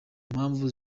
mpamvu